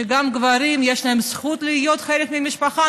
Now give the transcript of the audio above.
וגם גברים יש להם זכות להיות חלק ממשפחה,